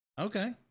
Okay